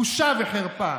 בושה וחרפה.